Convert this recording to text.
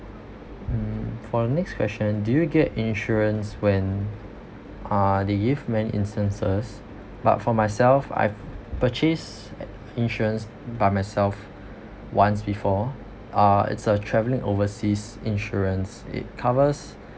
mm for the next question do you get insurance when uh they give many instances but for myself i've purchased insurance by myself once before uh it's a travelling overseas insurance it covers